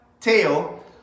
tail